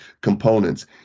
components